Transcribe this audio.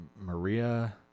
Maria